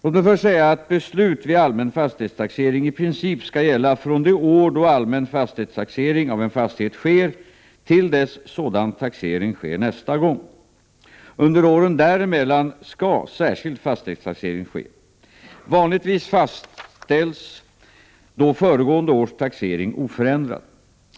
Låt mig först säga att beslut vid allmän fastighetstaxering i princip skall gälla från det år då allmän fastighetstaxering av en fastighet sker till dess sådan taxering sker nästa gång. Under åren däremellan skall särskild fastighetstaxering ske. Vanligtvis fastställs då föregående års taxering oförändrad.